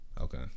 Okay